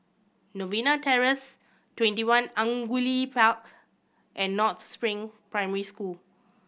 Novena Terrace TwentyOne Angullia Park and North Spring Primary School